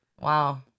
Wow